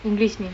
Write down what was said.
english name